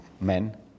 men